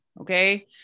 Okay